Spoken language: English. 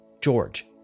George